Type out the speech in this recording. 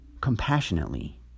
compassionately